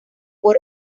por